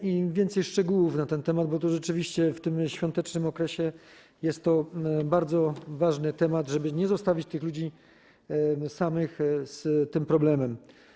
I proszę o więcej szczegółów na ten temat, bo rzeczywiście w tym świątecznym okresie jest to bardzo ważny temat, żeby nie zostawić tych ludzi samych z tym problemem.